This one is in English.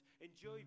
Enjoy